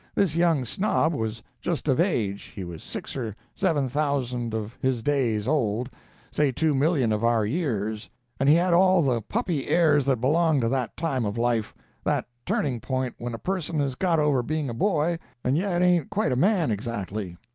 this young snob was just of age he was six or seven thousand of his days old say two million of our years and he had all the puppy airs that belong to that time of life that turning point when a person has got over being a boy and yet ain't quite a man exactly.